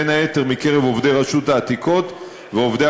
בין היתר מקרב עובדי רשות העתיקות ועובדי